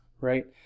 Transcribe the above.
right